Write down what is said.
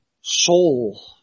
soul